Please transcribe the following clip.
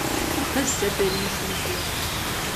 kas čia per išmislas